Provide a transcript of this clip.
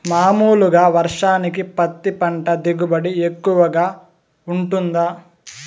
మామూలుగా వర్షానికి పత్తి పంట దిగుబడి ఎక్కువగా గా వుంటుందా?